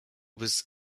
was